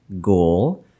goal